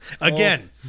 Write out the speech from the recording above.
Again